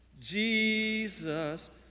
Jesus